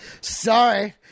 Sorry